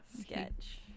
Sketch